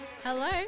Hello